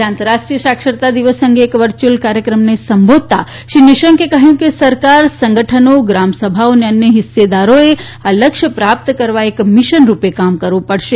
આજે આંતરરાષ્ટ્રીય સાક્ષરતા દિવસ અંગે એક વર્યુઅલ કાર્યક્રમને સંબોધતા શ્રી નિશંકે કહ્યું કે સરકાર સંગઠનો ગ્રામસભાઓ અને અન્ય હિસ્સેદારોએ આ લક્ષ્ય પ્રાપ્ત કરવા એક મિશન રૂપે કામ કરવું પડશે